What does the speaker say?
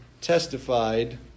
testified